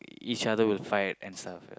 each other will fight and stuff ya